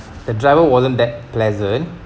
the driver wasn't that pleasant